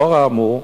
לאור האמור,